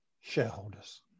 shareholders